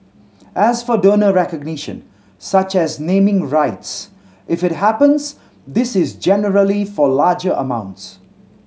as for donor recognition such as naming rights if it happens this is generally for larger amounts